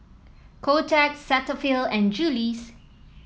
Kotex Cetaphil and Julie's